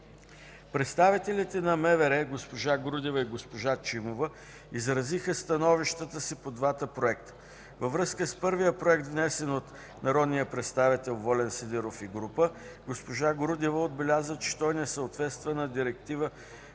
Представителите на МВР госпожа Грудева и госпожа Чимова изразиха становищата си по двата проекта. Във връзка с първия законопроект, внесен от народния представител Волен Сидеров и група народни представители, госпожа Грудева отбеляза, че той не съответства на Директива